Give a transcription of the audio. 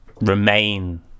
remain